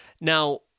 Now